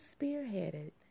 spearheaded